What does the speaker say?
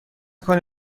کنی